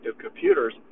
computers